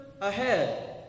ahead